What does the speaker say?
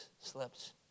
slips